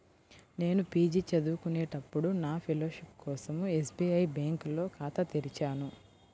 నేను పీజీ చదువుకునేటప్పుడు నా ఫెలోషిప్ కోసం ఎస్బీఐ బ్యేంకులో ఖాతా తెరిచాను